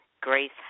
Grace